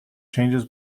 changes